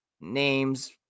names